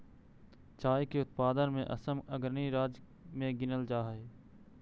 चाय के उत्पादन में असम अग्रणी राज्य में गिनल जा हई